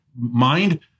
mind